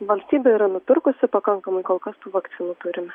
valstybė yra nupirkusi pakankamai kol kas tų vakcinų turime